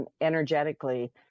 energetically